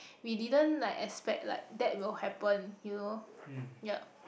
we didn't like expect like that will happen you know yup